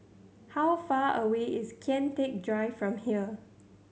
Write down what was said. how far away is Kian Teck Drive from here